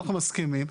ואנחנו מסכימים,